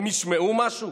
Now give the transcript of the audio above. הם ישמעו משהו?